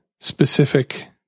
specific